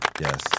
Yes